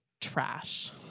trash